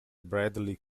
bradley